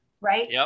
Right